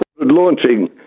launching